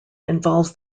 involves